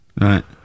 Right